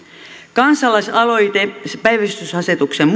kansalaisaloite päivystysasetuksen